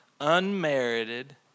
unmerited